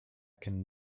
can